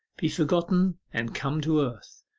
be forgotten and come to earth,